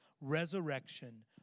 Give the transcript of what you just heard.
resurrection